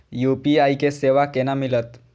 UPI के सेवा केना मिलत?